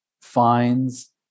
finds